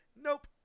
Nope